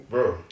Bro